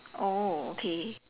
oh okay